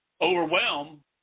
overwhelm